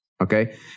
Okay